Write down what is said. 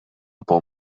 por